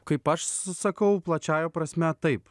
kaip aš sakau plačiąja prasme taip